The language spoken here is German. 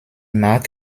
mark